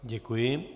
Děkuji.